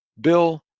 Bill